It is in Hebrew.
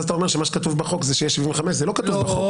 ואז אתה אומר שמה שכתוב בחוק זה שיש 75%. זה לא כתוב בחוק,